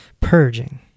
purging